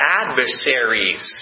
adversaries